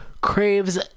Craves